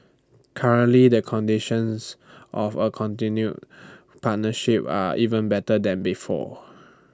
currently the conditions of A continued partnership are even better than before